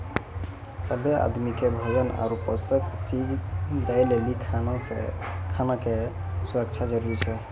सभ्भे आदमी के भोजन आरु पोषक चीज दय लेली खाना के सुरक्षा जरूरी छै